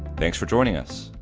thanks for joining us.